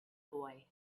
boy